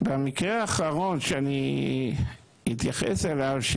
במקרה האחרון שאני מתייחס אליו,